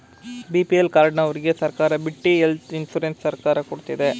BPL ಕಾರ್ಡನವರ್ಗೆ ಸರ್ಕಾರ ಬಿಟ್ಟಿ ಹೆಲ್ತ್ ಇನ್ಸೂರೆನ್ಸ್ ಸರ್ಕಾರ ಕೊಡ್ತಿದೆ